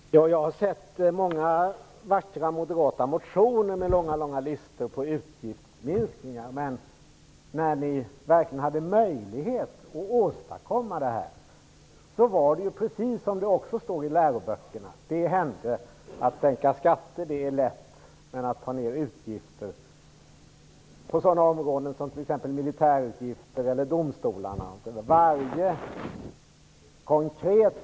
Herr talman! Jag har sett många vackra moderata motioner med långa listor på utgiftsminskningar. Men när ni verkligen hade möjlighet att åstadkomma det här då var det precis som det står i läroböckerna: Det är lätt att sänka skatter men inte att ta ned utgifter. Det gäller t.ex. militärutgifter eller utgifter för domstolarnas verksamhet.